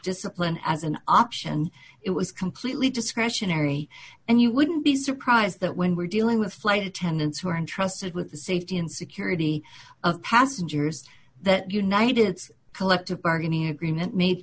discipline as an option it was completely discretionary and you wouldn't be surprised that when we're dealing with flight attendants who are entrusted with the safety and security of passengers that united collective bargaining agreement made